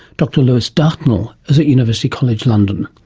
dr lewis dartnell is at university college london.